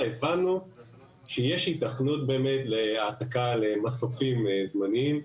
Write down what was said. הבנו שיש היתכנות להעתקה למסופים זמניים.